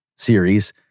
Series